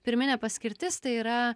pirminė paskirtis tai yra